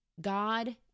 God